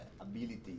ability